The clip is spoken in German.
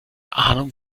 ahnung